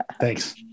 Thanks